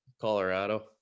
Colorado